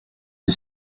des